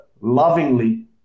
lovingly